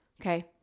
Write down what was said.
okay